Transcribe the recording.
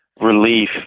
relief